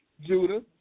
Judah